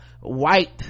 white